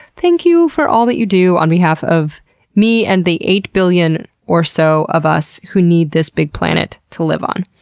thank you for all that you do, on behalf of me and the eight billion or so of us who need this big planet to live on.